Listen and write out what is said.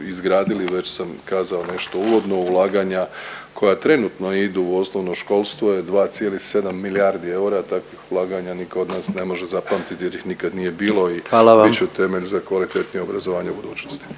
izgradili već sam kazao nešto uvodno. Ulaganja koja trenutno idu u osnovno školstvo je 2,7 milijardi eura. Takvih ulaganja nitko od nas ne može zapamtiti jer ih nikad nije bilo …/Upadica predsjednik: Hvala vam./… i bit će temelj za kvalitetnije obrazovanje u budućnosti.